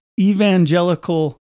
evangelical